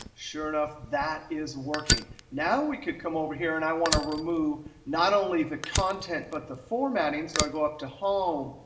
sure enough, that is working. now we could come over here. and i want to remove not only the content but the formatting. so i go up to home,